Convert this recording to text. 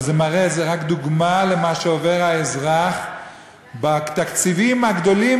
וזו רק דוגמה למה שעובר האזרח בתקציבים הגדולים